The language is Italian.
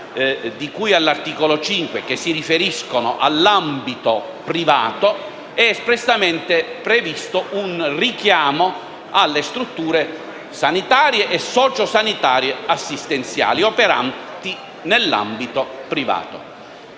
di cui all'articolo 5, che si riferiscono all'ambito privato, è espressamente previsto un richiamo alle strutture sanitarie e sociosanitarie-assistenziali operanti nell'ambito privato.